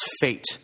fate